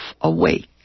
awake